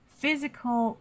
,physical